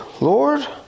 Lord